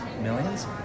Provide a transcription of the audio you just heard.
millions